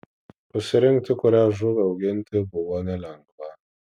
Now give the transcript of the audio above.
pasirinkti kurią žuvį auginti buvo nelengva